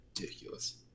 ridiculous